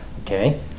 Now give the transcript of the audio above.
okay